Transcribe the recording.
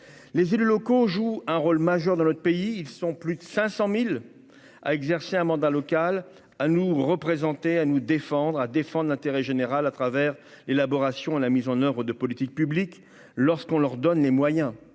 les élus locaux jouent un rôle majeur dans notre pays, ils sont plus de 500000 à exercer un mandat local à nous représenter à nous défendre, a défendent l'intérêt général à travers élaboration à la mise en oeuvre de politiques publiques lorsqu'on leur donne les moyens